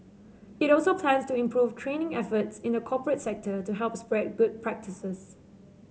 it also plans to improve training efforts in the corporate sector to help spread good practices